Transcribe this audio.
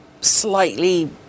slightly